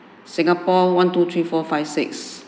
singapore one two three four five six